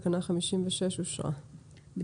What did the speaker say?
תקנה 56 אושרה פה-אחד.